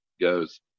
goes